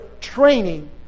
training